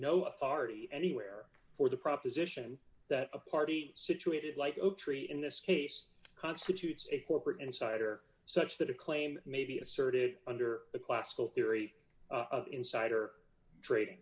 no authority anywhere for the proposition that a party situated like oaktree in this case constitutes a corporate insider such that a claim may be asserted under the classical theory of insider trading